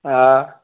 हा